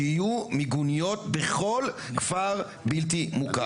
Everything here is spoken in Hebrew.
שיהיו מיגוניות בכל כפר בלתי מוכר.